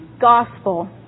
gospel